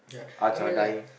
arts are dying